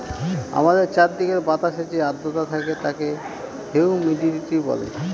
আমাদের চারিদিকের বাতাসে যে আদ্রতা থাকে তাকে হিউমিডিটি বলে